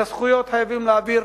את הזכויות חייבים להעביר,